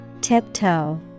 Tiptoe